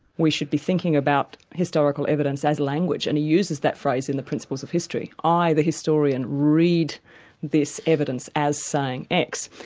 we should be thinking about historical evidence as language, and he uses that phrase in the principles of history, i the historian, read this evidence as saying x.